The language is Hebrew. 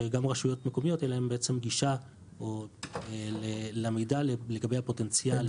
שגם לרשויות המקומיות תהיה בעצם גישה למידע לגבי הפוטנציאל למבנים.